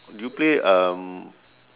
do you play um